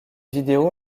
vidéo